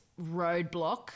roadblock